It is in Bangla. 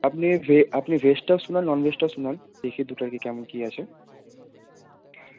আপনি ভে আপনি ভেজটাও শোনান নন ভেজটাও শোনান দেখি দুটার কী কেমন কী আছে